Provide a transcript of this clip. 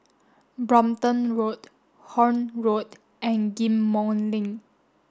Brompton Road Horne Road and Ghim Moh Link